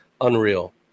unreal